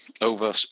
over